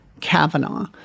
Kavanaugh